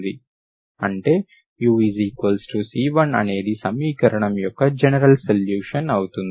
అంటే uC1 అనేది సమీకరణం యొక్క జనరల్ సొల్యూషన్ అవుతుంది